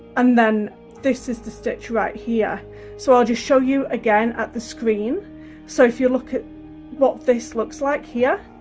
and then this is the stitch right here so i'll just show you again at the screen so if you look at what this looks like here